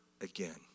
again